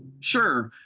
sure,